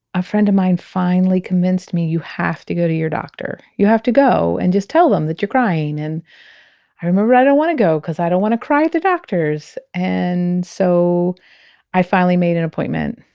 a friend of mine finally convinced me you have to go to your doctor. you have to go and just tell them that you're crying and i remember i don't want to go because i don't want to cry at the doctors. and so i finally made an appointment.